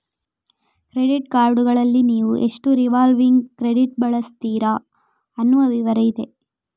ಎಲ್ಲಾ ಕ್ರೆಡಿಟ್ ಕಾರ್ಡುಗಳಲ್ಲಿ ನೀವು ಎಷ್ಟು ರಿವಾಲ್ವಿಂಗ್ ಕ್ರೆಡಿಟ್ ಬಳಸ್ತೀರಿ ಅನ್ನುವ ವಿವರ ಇದೆ